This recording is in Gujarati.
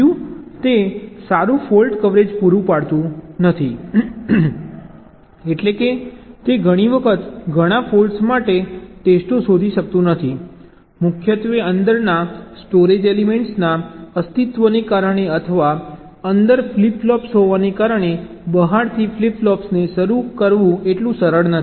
બીજું તે સારું ફોલ્ટ કવરેજ પૂરું પાડતું નથી એટલે કે તે ઘણી વખત ઘણા ફોલ્ટ્સ માટે ટેસ્ટો શોધી શકતું નથી મુખ્યત્વે અંદરના સ્ટોરેજ એલિમેન્ટ્સના અસ્તિત્વને કારણે અથવા અંદર ફ્લિપ ફ્લોપ્સ હોવાને કારણે બહારથી ફ્લિપ ફ્લોપ્સને શરૂ કરવું એટલું સરળ નથી